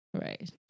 right